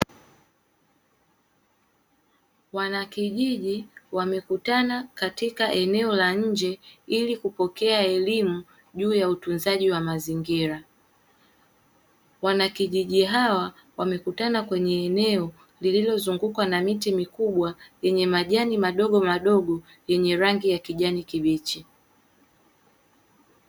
Wanakijiji, wamekutana katika eneo la nje ilikupokea elimu juu ya utunzaji wa mazingira. Wanakijiji hawa wamekutana kwenye eneo lililo zungukwa na miti mikubwa yenye majani madogomadogo yenye rangi ya kijani kibichi.